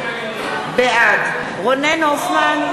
בעד רונן הופמן,